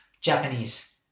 Japanese